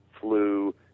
flu